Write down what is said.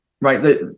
right